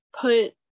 put